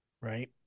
right